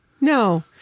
No